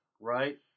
right